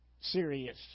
serious